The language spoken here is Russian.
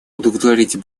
удовлетворить